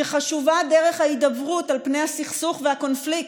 שחשובה דרך ההידברות על פני הסכסוך והקונפליקט,